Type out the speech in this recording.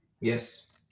yes